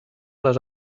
les